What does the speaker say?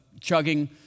chugging